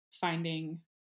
finding